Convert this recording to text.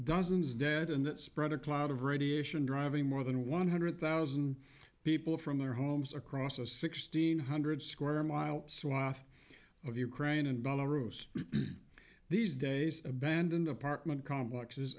dozens dead and that spread a cloud of radiation driving more than one hundred thousand people from their homes across a sixteen hundred square mile swath of ukraine and belarus these days abandoned apartment complexes